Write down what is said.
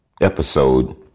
episode